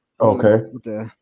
Okay